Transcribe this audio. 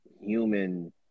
human